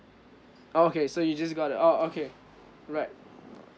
okay so you just got it orh okay alright